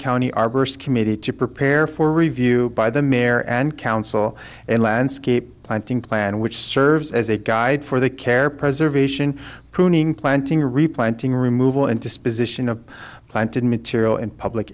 arborist committee to prepare for review by the mayor and council and landscape planting plan which serves as a guide for the care preservation pruning planting replanting removal and disposition of planted material and public